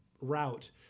route